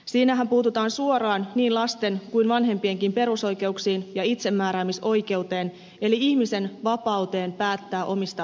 siinähän puututaan suoraan niin lasten kuin vanhempienkin perusoikeuksiin ja itsemääräämisoikeuteen eli ihmisen vapauteen päättää omista asioistaan